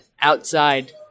outside